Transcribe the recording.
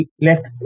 left